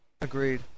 Agreed